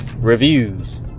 reviews